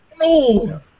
No